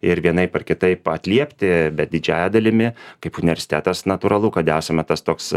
ir vienaip ar kitaip atliepti bet didžiąja dalimi kaip universitetas natūralu kad esame tas toks